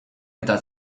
eta